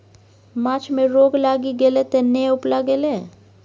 माछ मे रोग लागि गेलै तें ने उपला गेलै